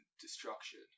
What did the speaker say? destruction